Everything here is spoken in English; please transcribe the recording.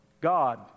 God